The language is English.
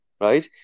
Right